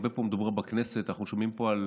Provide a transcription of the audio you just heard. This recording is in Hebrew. הרבה פה מדובר בכנסת, אנחנו שומעים פה, על